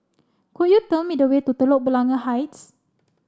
could you tell me the way to Telok Blangah Heights